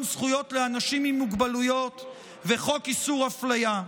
זכויות לאנשים עם מוגבלויות וחוק איסור אפליה.